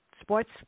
sports